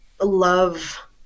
love